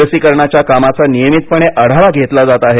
लसीकरणाच्या कामाचा नियमितपणे आढावा घेतला जात आहे